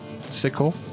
sickle